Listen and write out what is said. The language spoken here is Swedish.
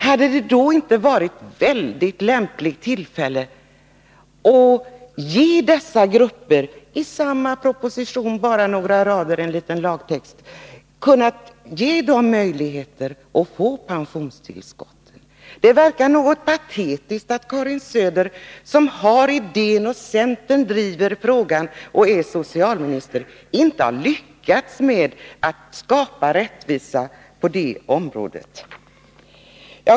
Hade det då inte varit ett lämpligt tillfälle att i samma proposition genom några raders lagtext ge dessa grupper möjligheter att få pensionstillskott? Det verkar något patetiskt, när centern driver frågan och Karin Söder är socialminister, att hon inte har lyckats skapa rättvisa på det området.